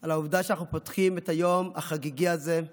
על העובדה שאנחנו פותחים את היום החגיגי הזה,